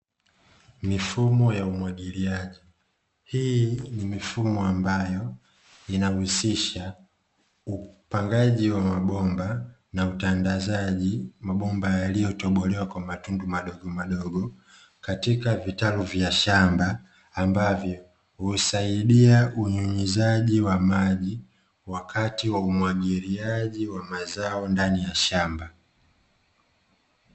Mifumo ya umwagiliaji, hii ni mifumo ambayo inahusisha upangaji wa mabomba na utandazaji mabomba yaliyotobolewa kwa matundu madogomadogo katika vitalu vya shamba, ambavyo husaidia unyunyizaji wa maji, wakati wa umwagiliaji wa mazao ndani ya shamba.